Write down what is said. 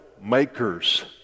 makers